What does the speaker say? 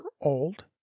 old